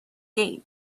gate